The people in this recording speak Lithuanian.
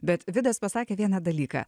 bet vidas pasakė vieną dalyką